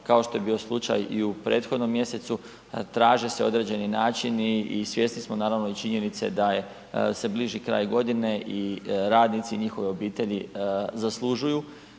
kao što je bio slučaj i u prethodnom mjesecu, traže se određeni načini i svjesni smo naravno i činjenice da se bliži kraj godine i radnici i njihove obitelji zaslužuju